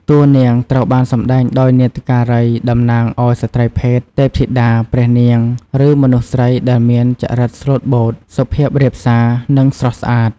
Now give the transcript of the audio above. តួនាងត្រូវបានសម្ដែងដោយនាដការី តំណាងឲ្យស្រ្តីភេទ ទេពធីតា ព្រះនាង ឬមនុស្សស្រីដែលមានចរិតស្លូតបូត សុភាពរាបសា និងស្រស់ស្អាត។